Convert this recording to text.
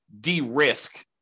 de-risk